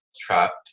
trapped